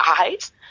eyes